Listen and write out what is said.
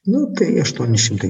nu tai aštuoni šimtai